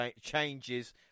changes